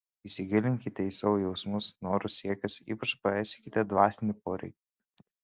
įsigilinkite į savo jausmus norus siekius ypač paisykite dvasinių poreikių